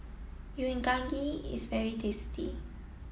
Unagi is very tasty